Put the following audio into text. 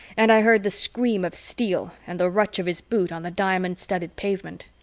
and i heard the scream of steel and the rutch of his boot on the diamond-studded pavement.